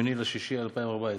ב-8 ביולי 2014,